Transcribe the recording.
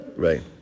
Right